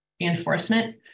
reinforcement